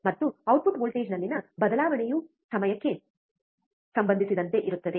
ಮತ್ತು ಔಟ್ಪುಟ್ ವೋಲ್ಟೇಜ್ನಲ್ಲಿನ ಬದಲಾವಣೆಯು ಸಮಯಕ್ಕೆ ಸಂಬಂಧಿಸಿದಂತೆ ಇರುತ್ತದೆ